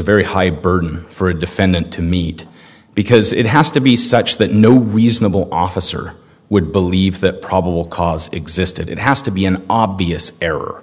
a very high burden for a defendant to meet because it has to be such that no reasonable officer would believe that probable cause existed it has to be an obvious error